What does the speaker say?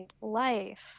life